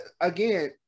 again